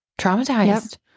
traumatized